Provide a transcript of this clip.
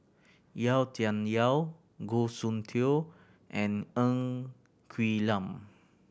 Yau Tian Yau Goh Soon Tioe and Ng Quee Lam